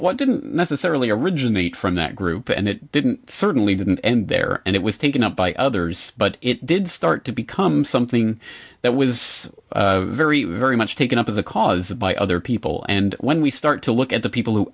what didn't necessarily originate from that group and it didn't certainly didn't end there and it was taken up by others but it did start to become something that was very very much taken up as a cause by other people and when we start to look at the people who